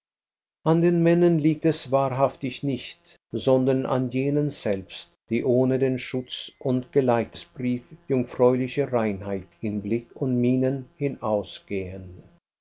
an den männern liegt es wahrhaftig nicht sondern an jenen selbst die ohne den schutz und geleitsbrief jungfräulicher reinheit in blick und mienen hinausgehen